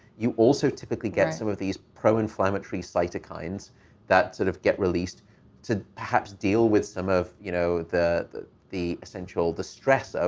you also typically get some of these pro-inflammatory cytokines that sort of get released to perhaps deal with some of, you know, the the essential distress. ah